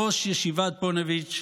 ראש ישיבת פוניבז',